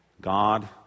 God